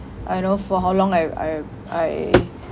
I don't know for how long I I I